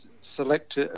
select